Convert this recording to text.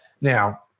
now